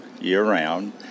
year-round